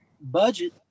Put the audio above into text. budget